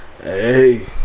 Hey